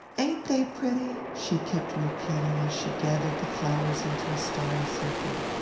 ain't they pretty? she kept repeating as she gathered the flowers into a starry circle.